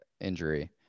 injury